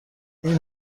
این